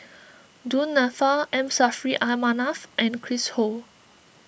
Du Nanfa M Saffri A Manaf and Chris Ho